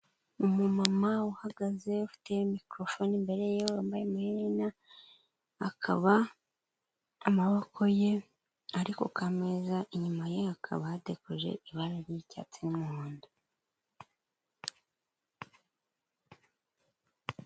Umumama uhagaze ufite mikoro fone imbere ye, yambaye amaherena, akaba amaboko ye ari kumeza inyuma ye hakaba hadekoje ibara ry'icyatsi n'umuhondo.